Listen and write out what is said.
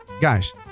guys